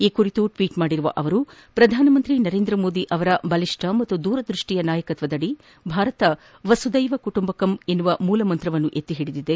ಈ ಕುರಿತು ಟ್ವೀಟ್ ಮಾಡಿರುವ ಅವರು ಪ್ರಧಾನಮಂತ್ರಿ ನರೇಂದ್ರ ಮೋದಿ ಅವರ ಬಲಿಷ್ಠ ಮತ್ತು ದೂರದೃಷ್ಟಿಯ ನಾಯಕತ್ವದಡಿ ಭಾರತ ವಸುದೈವ ಕುಟುಂಬಕಂ ಎಂಬ ಮೂಲ ಮಂತ್ರವನ್ನು ಎತ್ತಿ ಹಿಡಿದಿದೆ